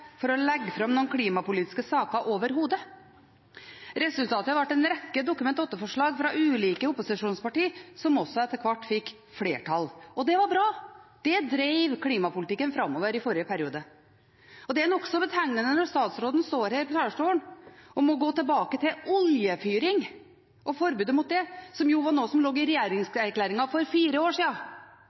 for å legge fram noen klimapolitiske saker overhodet. Resultatet ble en rekke Dokument 8-forslag fra ulike opposisjonspartier, som også etter hvert fikk flertall. Det var bra. Det drev klimapolitikken framover i forrige periode. Det er nokså betegnende når statsråden står her på talerstolen og må gå tilbake til oljefyring og forbudet mot det, som var noe som lå i regjeringserklæringen for fire år